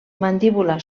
mandíbula